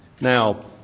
Now